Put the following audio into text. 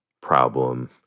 problem